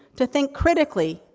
to think critically,